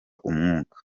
umwuka